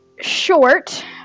short